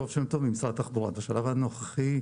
בשלב הנוכחי,